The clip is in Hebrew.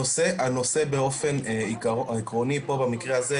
הנושא באופן עקרוני פה במקרה הזה,